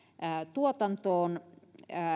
tuotantoon